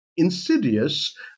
Insidious